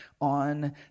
on